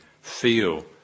feel